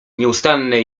nieustannej